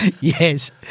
Yes